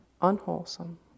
unwholesome